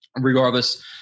regardless